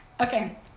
Okay